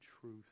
truth